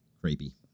creepy